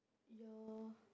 your